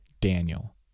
Daniel